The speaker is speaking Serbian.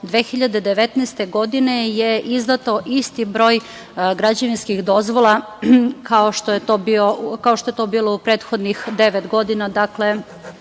2019. godine, je izdat isti broj građevinskih dozvola, kao što je to bilo u prethodnih devet godina.